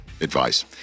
advice